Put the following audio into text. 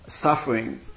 suffering